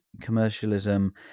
commercialism